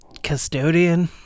custodian